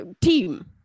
team